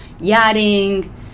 yachting